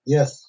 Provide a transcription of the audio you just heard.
Yes